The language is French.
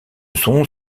sont